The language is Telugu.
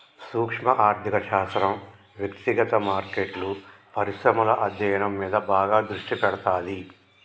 సూక్శ్మ ఆర్థిక శాస్త్రం వ్యక్తిగత మార్కెట్లు, పరిశ్రమల అధ్యయనం మీద బాగా దృష్టి పెడతాది